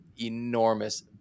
enormous